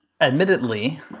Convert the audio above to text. admittedly